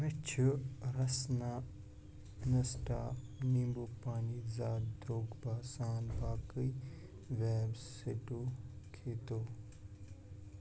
مےٚ چھِ رسنا اِنسٹا نیٖمبوٗ پانی زیادٕ درٛوگ باسان باقٕے ویبسیٹو کھیتو